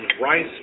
rice